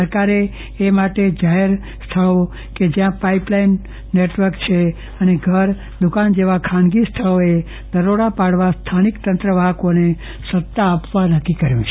સરકારે આ માટે જોહર સ્થળો કે જ્યાં પાઈપ લાઈન નેટવર્ક છે અને ઘર દ્વકાન જેવા ખાનગી સ્થળોએ દરોડા પાડવા સ્થાનિક તંત્રવાહકોને સત્તા આપવા નક્કી કરાયું છે